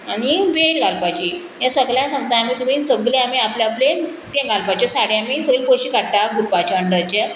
आनी वेड घालपाची हें सगल्यांक सांगता आमी तुमी सगले आमी आपले आपले तें घालपाचे साडी आमी सगळी पोयशे काडटा ग्रुपाच्या अंडाचे